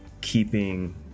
keeping